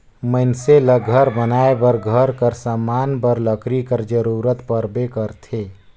मइनसे ल घर बनाए बर, घर कर समान बर लकरी कर जरूरत परबे करथे